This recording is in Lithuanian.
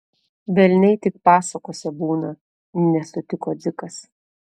velniai tik pasakose būna nesutiko dzikas